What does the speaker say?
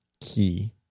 key